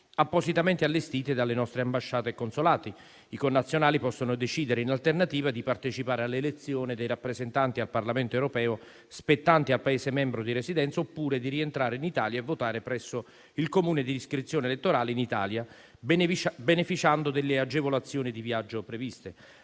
appositamente allestiti dalle nostre ambasciate e consolati. I connazionali possono decidere, in alternativa, di partecipare alle elezioni dei rappresentanti al Parlamento europeo spettanti al Paese membro di residenza oppure di rientrare in Italia a votare presso il Comune di iscrizione elettorale in Italia, beneficiando delle agevolazioni di viaggio previste.